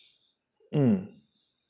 mm